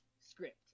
script